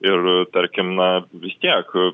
ir tarkim na vistiek